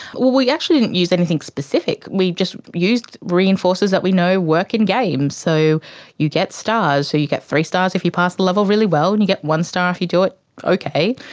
well, we actually didn't use anything specific, we just used reinforcers that we know work in games. so you get stars, so you get three stars if you pass the level really well and you get one star if you do it okay,